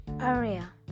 area